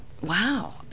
wow